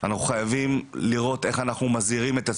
אנחנו חייבים לראות איך אנחנו מזהירים את הציבור,